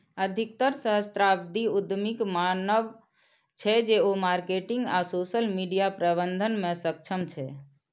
अधिकतर सहस्राब्दी उद्यमीक मानब छै, जे ओ मार्केटिंग आ सोशल मीडिया प्रबंधन मे सक्षम छै